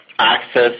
access